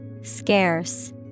Scarce